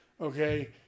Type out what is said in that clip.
okay